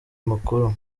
makuru